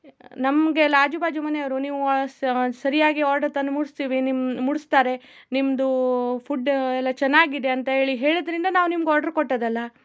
ನಮಗೆ ಅಲ್ಲಿ ಆಜು ಬಾಜು ಮನೆಯವರು ನೀವು ಸರಿಯಾಗಿ ಆರ್ಡರ್ ತಂದು ಮುಟ್ಟಿಸ್ತೀವಿ ನಿಮ್ಮ ಮೂಡಿಸ್ತಾರೆ ನಿಮ್ದು ಫುಡ್ ಎಲ್ಲ ಚೆನ್ನಾಗಿದೆ ಅಂತ ಹೇಳಿ ಹೇಳಿದ್ದರಿಂದ ನಾವು ನಿಮ್ಗೆ ಆರ್ಡರ್ ಕೊಟ್ಟದ್ದಲ್ಲ